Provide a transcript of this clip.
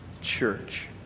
church